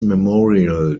memorial